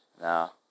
No